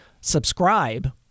subscribe